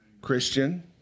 Christian